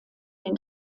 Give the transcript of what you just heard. den